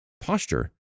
posture